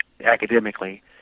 academically